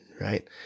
right